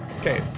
Okay